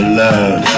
love